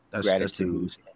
Gratitude